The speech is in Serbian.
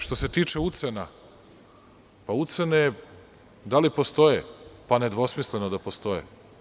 Što se tiče ucena, pa ucene da li postoje, pa nedvosmisleno da postoje.